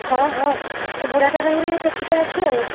ହଁ ହଁ ସେ ବୁଢ଼ାଟା ସାଙ୍ଗରେ ଏଇ ଟୋକିଟା ଅଛି ଆଉ